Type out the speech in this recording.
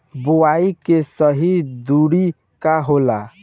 बुआई के सही दूरी का होला?